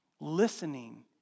Listening